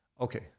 Okay